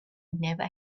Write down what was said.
never